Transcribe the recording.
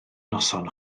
noson